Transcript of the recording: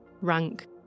rank